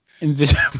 Invisible